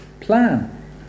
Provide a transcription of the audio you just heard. plan